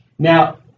Now